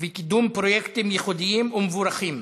וקידום פרויקטים ייחודיים ומבורכים,